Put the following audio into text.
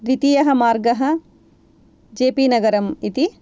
द्वितीयः मार्गः जेपि नगरम् इति